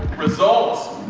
results!